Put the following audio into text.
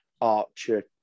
Archer